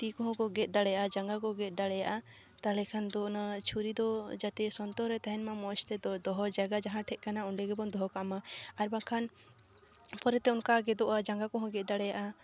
ᱛᱤ ᱠᱚᱦᱚᱸ ᱠᱚ ᱜᱮᱫ ᱫᱟᱲᱮᱭᱟᱜᱼᱟ ᱡᱟᱸᱜᱟ ᱠᱚ ᱜᱮᱫ ᱫᱟᱲᱮᱭᱟᱜᱼᱟ ᱛᱟᱦᱚᱞᱮ ᱠᱷᱟᱱ ᱫᱚ ᱚᱱᱟ ᱪᱷᱩᱨᱤ ᱫᱚ ᱡᱟᱛᱮ ᱥᱚᱱᱛᱚᱨ ᱨᱮ ᱛᱟᱦᱮᱱ ᱢᱟ ᱢᱚᱡᱽᱛᱮ ᱫᱚᱦᱚ ᱡᱟᱭᱜᱟ ᱡᱟᱦᱟᱸ ᱴᱷᱮᱱ ᱠᱟᱱᱟ ᱚᱸᱰᱮᱜᱮᱵᱚᱱ ᱫᱚᱦᱚ ᱠᱟᱜ ᱢᱟ ᱟᱨᱵᱟᱝᱠᱷᱟᱱ ᱯᱚᱨᱮᱛᱮ ᱚᱱᱠᱟ ᱜᱮᱫᱚᱜᱼᱟ ᱡᱟᱸᱜᱟ ᱠᱚ ᱦᱚᱸ ᱜᱮᱫ ᱫᱟᱲᱮᱭᱟᱜᱼᱟ